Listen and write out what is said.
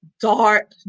dark